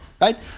Right